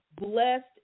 Blessed